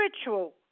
spiritual